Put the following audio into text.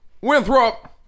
winthrop